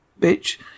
Bitch